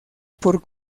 por